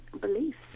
beliefs